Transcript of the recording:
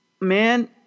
Man